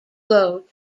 blow